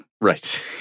Right